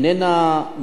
להדגיש,